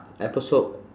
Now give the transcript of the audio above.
episode